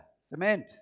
cement